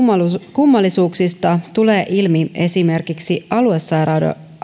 kummallisuuksista tulee ilmi esimerkiksi aluesairaaloiden